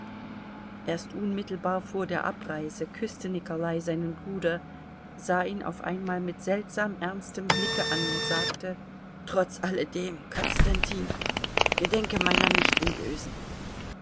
erst unmittelbar vor der abreise küßte nikolai seinen bruder sah ihn auf einmal mit seltsam ernstem blicke an und sagte trotz alledem konstantin gedenke meiner nicht im bösen